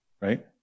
Right